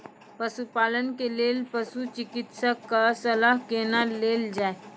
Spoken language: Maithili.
पशुपालन के लेल पशुचिकित्शक कऽ सलाह कुना लेल जाय?